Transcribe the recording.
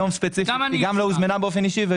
היום ספציפית, היא גם לא הוזמנה באופן אישי.